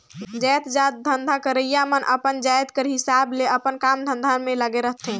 जाएतजात धंधा करइया मन अपन जाएत कर हिसाब ले अपन काम धंधा में लगे रहथें